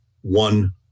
one